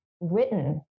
written